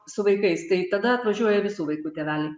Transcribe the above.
su vaikais tai tada atvažiuoja visų vaikų tėveliai